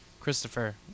Christopher